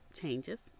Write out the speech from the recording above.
changes